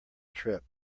trip